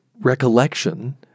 recollection